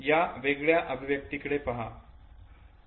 या वेगळ्या अभिव्यक्ती कडे पहा